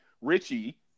Richie